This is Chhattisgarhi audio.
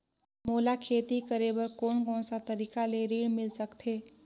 मोला खेती करे बर कोन कोन सा तरीका ले ऋण मिल सकथे?